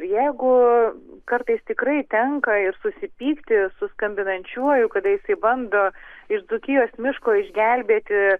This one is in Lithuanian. jeigu kartais tikrai tenka ir susipykti su skambinančiuoju kada jisai bando ir dzūkijos miško išgelbėti